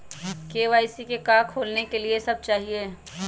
KYC का का खोलने के लिए कि सब चाहिए?